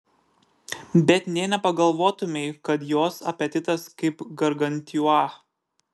bet nė nepagalvotumei kad jos apetitas kaip gargantiua